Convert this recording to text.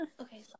Okay